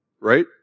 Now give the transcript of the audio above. right